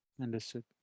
understood